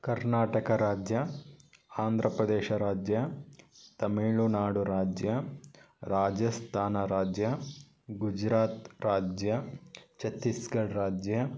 ಕರ್ನಾಟಕ ರಾಜ್ಯ ಆಂಧ್ರ ಪ್ರದೇಶ ರಾಜ್ಯ ತಮಿಳುನಾಡು ರಾಜ್ಯ ರಾಜಸ್ಥಾನ ರಾಜ್ಯ ಗುಜರಾತ್ ರಾಜ್ಯ ಚತ್ತೀಸ್ಗಢ ರಾಜ್ಯ